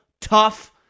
tough